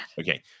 okay